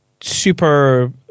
super